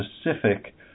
specific